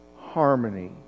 harmony